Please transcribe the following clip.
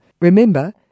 Remember